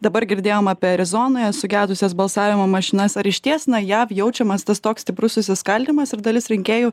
dabar girdėjom apie arizonoje sugedusias balsavimo mašinas ar išties na jav jaučiamas tas toks stiprus susiskaldymas ir dalis rinkėjų